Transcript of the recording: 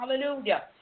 Hallelujah